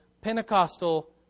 Pentecostal